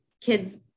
kids